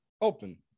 open